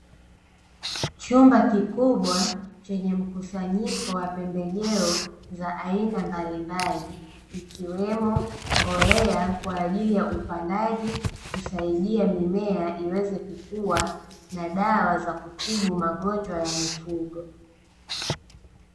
Chumba kikubwa chenye mkusanyiko wa pembejeo za aina mbalimbali, ikiwemo mbolea kwa ajili ya upandaji, husaidia mimea iweze kukua na dawa za kutibu magojwa ya mifugo.